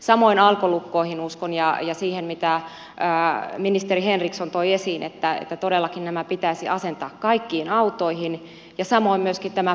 samoin alkolukkoihin uskon ja siihen mitä ministeri henriksson toi esiin että todellakin nämä pitäisi asentaa kaikkiin autoihin ja samoin myöskin tähän pantarangaistukseen